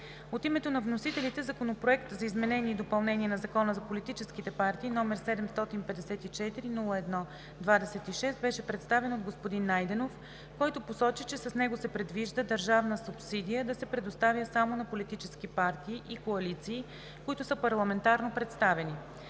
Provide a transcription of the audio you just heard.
От името на вносителите Законопроект за изменение и допълнение на Закона за политическите партии, № 754-01-26, беше представен от господин Найденов, който посочи, че с него се предвижда държавна субсидия да се предоставя само на политически партии и коалиции, които са парламентарно представени.